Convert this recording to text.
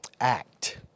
act